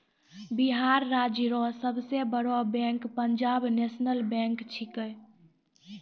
बिहार राज्य रो सब से बड़ो बैंक पंजाब नेशनल बैंक छैकै